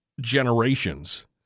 generations